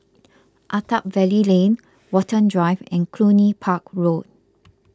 Attap Valley Lane Watten Drive and Cluny Park Road